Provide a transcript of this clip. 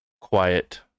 quiet